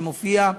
שמופיע,